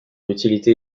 utilité